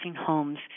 homes